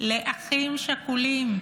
לאחים שכולים.